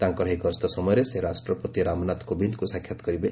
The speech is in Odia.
ତାଙ୍କର ଏହି ଗସ୍ତ ସମୟରେ ସେ ରାଷ୍ଟ୍ରପତି ରାମନାଥ କୋବିନ୍ଦଙ୍କୁ ସାକ୍ଷାତ କରିବେ